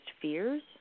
fears